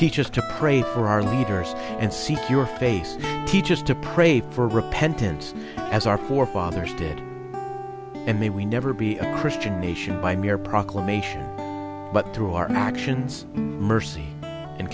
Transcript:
teachers to pray for our leaders and seek your face teaches to pray for repentance as our forefathers did and may we never be a christian nation by mere proclamation but through our actions mercy and